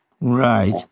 Right